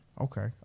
okay